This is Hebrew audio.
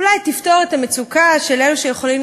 אני שואלת